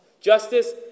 justice